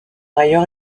ailleurs